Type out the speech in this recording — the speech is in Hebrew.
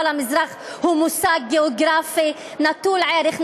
אבל המזרח הוא מושג גיאוגרפי נטול ערך,